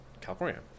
California